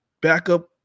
backup